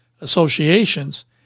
associations